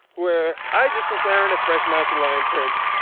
where i just encountered a fresh mountain lion print.